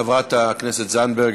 חברת הכנסת זנדברג,